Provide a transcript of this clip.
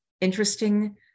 interesting